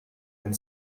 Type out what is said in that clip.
and